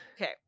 okay